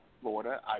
Florida